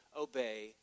obey